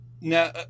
Now